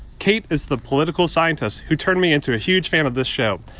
kate is the political scientist who turned me into a huge fan of this show,